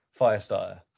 Firestar